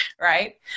right